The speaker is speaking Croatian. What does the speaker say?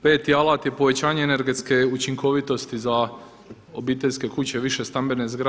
Peti alat je povećanje energetske učinkovitosti za obiteljske kuće, više stambene zgrade.